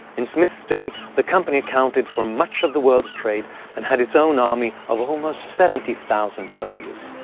in smith's day, the company accounted for much of the world's trade and had its own army of almost seventy thousand soldiers.